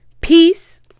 Peace